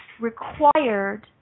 required